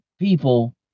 People